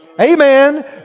Amen